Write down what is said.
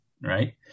right